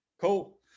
Cool